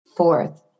Fourth